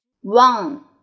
one